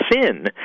sin